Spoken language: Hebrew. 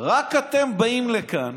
רק אתם באים לכאן